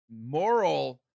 Moral